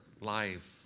life